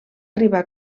arribar